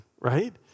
right